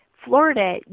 Florida